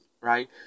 right